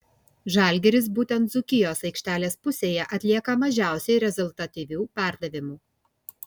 žalgiris būtent dzūkijos aikštelės pusėje atlieka mažiausiai rezultatyvių perdavimų